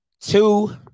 two